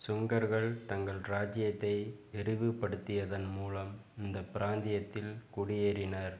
சுங்கர்கள் தங்கள் ராஜ்ஜியத்தை விரிவுபடுத்தியதன் மூலம் இந்தப் பிராந்தியத்தில் குடியேறினர்